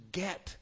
get